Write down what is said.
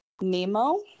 Nemo